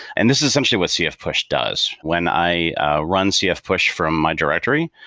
and this is essentially what cf push does. when i run cf push from my directory,